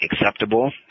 acceptable